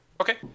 Okay